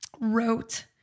wrote